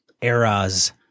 eras